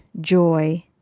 joy